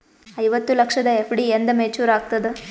ಐವತ್ತು ಲಕ್ಷದ ಎಫ್.ಡಿ ಎಂದ ಮೇಚುರ್ ಆಗತದ?